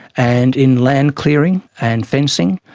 and in land-clearing and fencing.